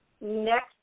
next